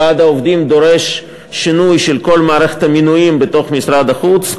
ועד העובדים דורש שינוי של כל מערכת המינויים בתוך משרד החוץ,